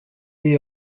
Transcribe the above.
est